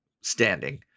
standing